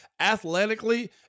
athletically